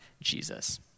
Jesus